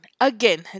Again